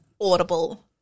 Audible